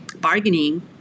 bargaining